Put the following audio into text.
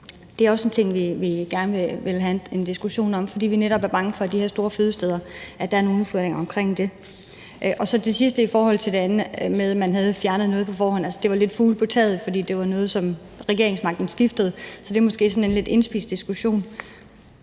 Det er også en ting, vi gerne vil have en diskussion om. For vi er netop bange for, at der er nogle udfordringer ved de her store fødesteder. Til sidst i forhold til det andet med, at man havde fjernet noget på forhånd, vil jeg sige, at det jo lidt var fugle på taget, for regeringsmagten skiftede. Så det er måske sådan en lidt indspist diskussion.